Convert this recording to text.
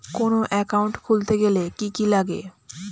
কোন একাউন্ট খুলতে গেলে কি কি লাগে?